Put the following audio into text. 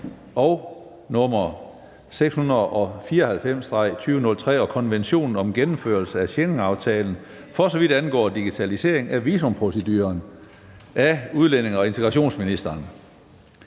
nr. 694/2003 og konventionen om gennemførelse af Schengenaftalen for så vidt angår digitalisering af visumproceduren. Af udlændinge- og integrationsministeren.